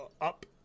up